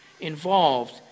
involved